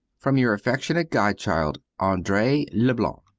from your affectionate godchild, andree leblanc.